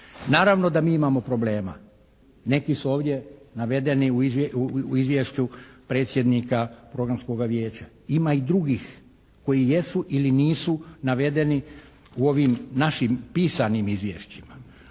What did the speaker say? Naravno da mi imamo problema. Neki su ovdje navedeni u izvješću predsjednika Programskoga vijeća. Ima i drugih koji jesu ili nisu navedeni u ovim našim pisanim izvješćima.